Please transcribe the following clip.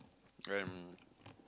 and